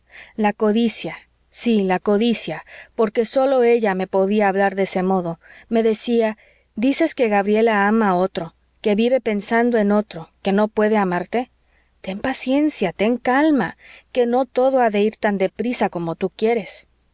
la codicia sí la codicia porque sólo ella me podía hablar de ese modo me decía dices que gabriela ama a otro que vive pensando en otro que no puede amarte ten paciencia ten calma que no todo ha de ir tan de prisa como tú quieres